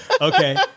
Okay